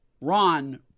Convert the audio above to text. Ron